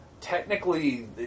technically